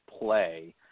play –